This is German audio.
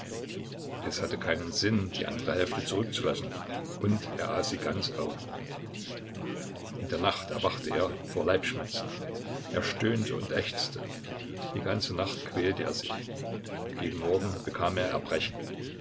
es hatte keinen sinn die andere hälfte zurückzulassen und er aß sie ganz auf in der nacht erwachte er vor leibschmerzen er stöhnte und ächzte die ganze nacht quälte er sich gegen morgen bekam er erbrechen